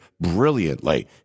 brilliantly